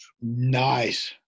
Nice